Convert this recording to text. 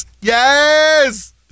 Yes